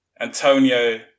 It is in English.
Antonio